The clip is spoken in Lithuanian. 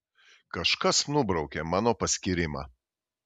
kažkas nubraukė mano paskyrimą